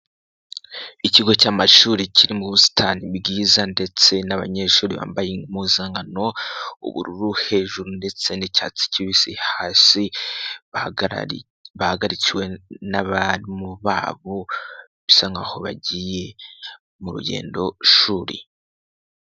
Ikigo cy'amashuri kiri mu busitani bwiza ndetse n'abanyeshuri bambaye impuzankano ubururu hejuru ndetse ni'icyatsi kibisi hasi bahagarikiwe n'abarimu babo, bisa nk'aho bagiye muru rugendo shuri.